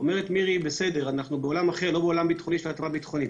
אומרת מירי שאנחנו לא בעולם של התראה ביטחונית.